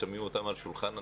שמים אותם על שולחן הניתוחים,